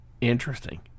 Interesting